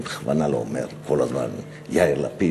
אני בכוונה לא אומר כל הזמן יאיר לפיד,